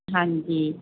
ਹਾਂਜੀ